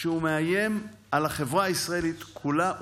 שהוא מאיים על החברה הישראלית כולה,